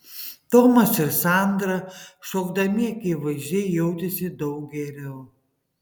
tomas ir sandra šokdami akivaizdžiai jautėsi daug geriau